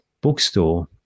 bookstore